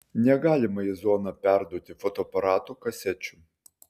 negalima į zoną perduoti fotoaparatų kasečių